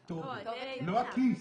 הכתובת, לא הכיס.